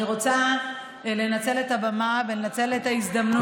אני רוצה לנצל את הבמה ולנצל את ההזדמנות,